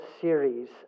Series